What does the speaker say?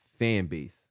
Fanbase